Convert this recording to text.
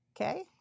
Okay